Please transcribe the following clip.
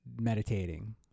meditating